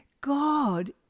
God